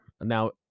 Now